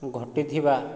ଘଟିଥିବା